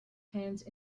hands